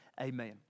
amen